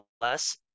less